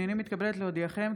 הינני מתכבדת להודיעכם,